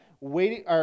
waiting